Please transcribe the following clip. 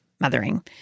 mothering